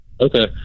okay